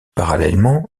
parallèlement